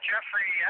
Jeffrey